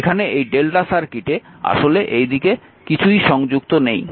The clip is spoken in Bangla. এখানে এই Δ সার্কিটে আসলে এই দিকে কিছুই সংযুক্ত নয়